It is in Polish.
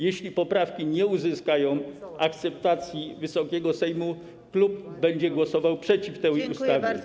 Jeśli poprawki nie uzyskają akceptacji Wysokiego Sejmu, klub będzie głosował przeciw tej ustawie.